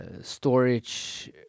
storage